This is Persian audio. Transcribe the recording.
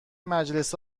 مجلس